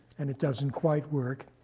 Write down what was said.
and it doesn't quite work.